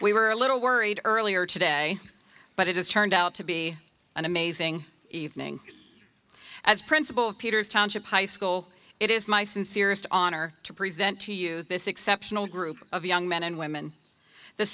we were a little worried earlier today but it has turned out to be an amazing evening as principal peters township high school it is my sincerest honor to present to you this exceptional group of young men and women the